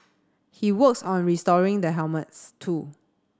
he works on restoring the helmets too